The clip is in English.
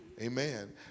Amen